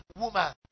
woman